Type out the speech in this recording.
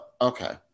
Okay